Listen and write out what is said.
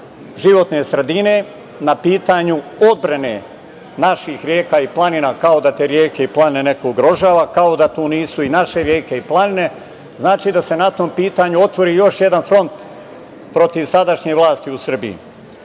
životne sredine, na pitanju odbrane naših reka i planina, kao da te reke i planine neko ugrožava, kao da to nisu i naše reke i planine, znači, da se na tom pitanju otvori još jedan front protiv sadašnje vlasti u Srbiji. Oni